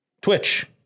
Twitch